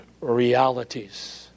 realities